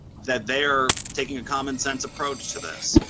that they are taking a common sense approach to this.